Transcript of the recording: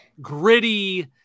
gritty